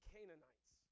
Canaanites